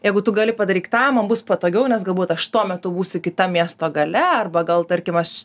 jeigu tu gali padaryk tą man bus patogiau nes galbūt aš tuo metu būsiu kitam miesto gale arba gal tarkim aš